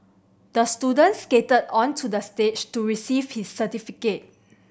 the student skated onto the stage to receive his certificate